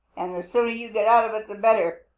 and the sooner you get out of it the better!